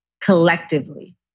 collectively